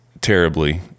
terribly